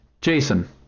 jason